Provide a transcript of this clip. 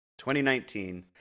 2019